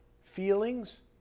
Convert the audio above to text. feelings